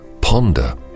ponder